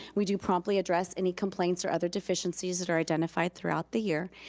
we do promptly address any complaints or other deficiencies that are identified throughout the year,